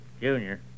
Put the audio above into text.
Junior